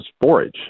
forage